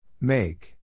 Make